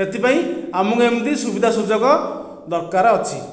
ସେଥିପାଇଁ ଆମକୁ ଏମିତି ସୁବିଧାସୁଯୋଗ ଦରକାର ଅଛି